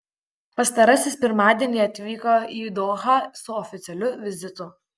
pastarasis pirmadienį atvyko į dohą su oficialiu vizitu